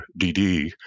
DD